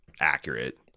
accurate